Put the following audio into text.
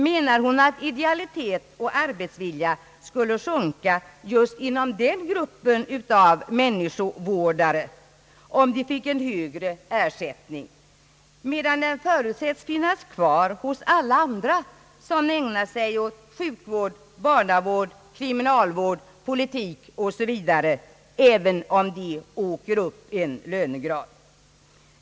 Menar statsrådet att idealitet och ar betsvilja skulle sjunka just inom den gruppen av människovårdare, om de fick en högre ersättning, medan den förutsättes finnas kvar hos alla andra som ägnar sig åt sjukvård, barnavård, kriminalvård, politik osv., även om de åker upp en eller flera lönegrader.